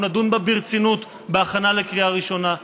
אנחנו נדון בה ברצינות בהכנה לקריאה ראשונה.